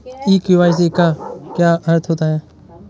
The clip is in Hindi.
ई के.वाई.सी का क्या अर्थ होता है?